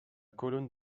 colonne